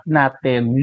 natin